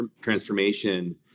transformation